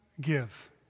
give